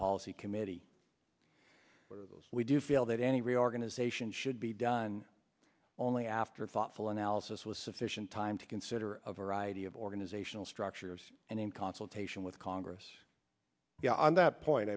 policy committee we do feel that any reorganization should be done only after thoughtful analysis was sufficient time to consider a variety of organizational structures and in consultation with congress on that point